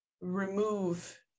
remove